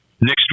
next